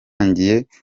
umuziki